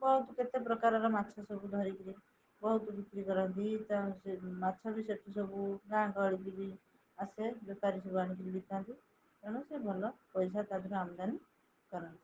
ବହୁତ କେତେ ପ୍ରକାରର ମାଛ ସବୁ ଧରିକିରି ବହୁତ ବିକ୍ରି କରନ୍ତି ତେଣୁ ସେ ମାଛ ବି ସେଠି ସବୁ ଗାଁ ଗହଳିିକି ବି ଆସେ ବେକାରୀ ସବୁ ଆଣିକିରି ବିକନ୍ତି ତେଣୁ ସେ ଭଲ ପଇସା ତା' ଦେହରୁ ଆମଦାନୀ କରନ୍ତି